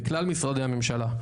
בכלל משרדי הממשלה,